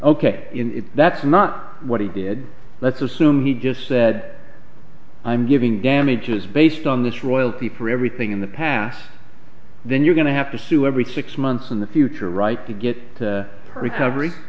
ok that's not what he did let's assume he just said i'm giving damages based on this royal people or everything in the past then you're going to have to sue every six months in the future right to get her recovery